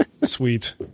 Sweet